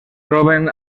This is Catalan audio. troben